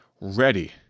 ready